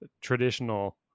Traditional